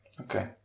Okay